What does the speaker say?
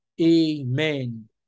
Amen